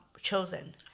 chosen